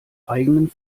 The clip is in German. eigenen